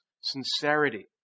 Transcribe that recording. sincerity